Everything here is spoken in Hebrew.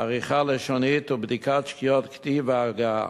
עריכה לשונית ובדיקת שגיאות כתיב והגהה.